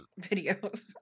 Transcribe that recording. videos